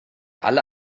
alle